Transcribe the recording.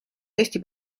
eesti